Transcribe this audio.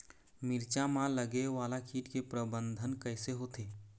मिरचा मा लगे वाला कीट के प्रबंधन कइसे होथे?